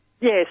Yes